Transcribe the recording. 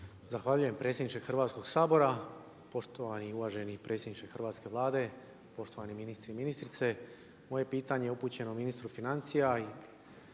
Zahvaljujem predsjedniče Hrvatskoga sabora, poštovani i uvaženi predsjedniče hrvatske Vlade, poštovani ministri i ministrice. Moje pitanje je upućeno ministru financija